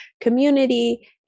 community